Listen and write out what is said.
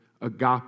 agape